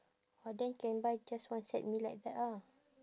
orh then can buy just one set meal like that ah